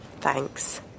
Thanks